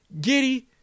Giddy